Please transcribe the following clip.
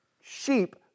sheep